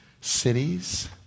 cities